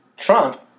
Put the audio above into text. Trump